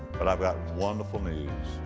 but i've got wonderful news